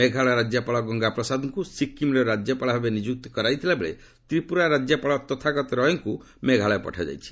ମେଘାଳୟ ରାଜ୍ୟପାଳ ଗଙ୍ଗାପ୍ରସାଦଙ୍କୁ ସିକିମ୍ର ରାଜ୍ୟପାଳ ଭାବେ ନିଯୁକ୍ତ କରାଯାଇଥିବା ବେଳେ ତିପୁରା ରାଜ୍ୟପାଳ ତଥାଗତ ରୟଙ୍କୁ ମେଘାଳୟ ପଠାଯାଇଛି